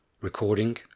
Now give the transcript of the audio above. Recording